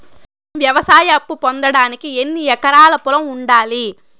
వ్యవసాయ అప్పు పొందడానికి ఎన్ని ఎకరాల పొలం ఉండాలి?